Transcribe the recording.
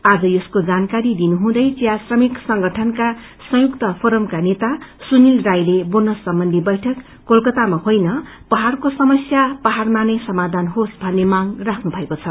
आज यसको जनाकारी दिनुहुँदै चिया श्रकि संगठनहरूको संयुक्त फोरमका नेता सुनिल राईले बोनस सम्बन्धी बैठक कोलकातामा होइन् पहाड़को समस्या पहाड़मानै सामाधान होस भन्ने मांग राख्नु भएको छ